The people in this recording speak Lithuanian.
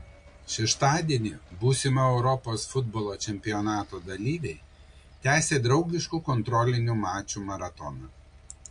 šeštadienį būsimo europos futbolo čempionato dalyviai tęsė draugiškų kontrolinių mačų maratoną